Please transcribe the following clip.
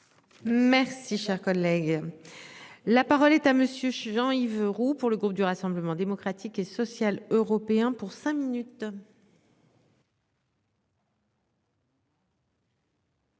Merci cher collègue. La parole est à monsieur. Jean-Yves Roux pour le groupe du Rassemblement démocratique et social européen pour cinq minutes.